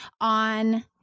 on